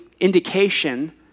indication